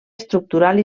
estructural